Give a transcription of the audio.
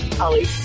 Ollie